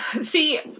See